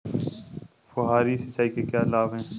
फुहारी सिंचाई के क्या लाभ हैं?